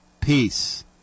Peace